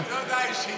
אני רוצה הודעה אישית.